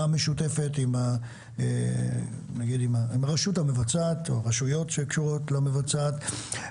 משותפת עם הרשות המבצעת או רשויות שקשורות למבצעת.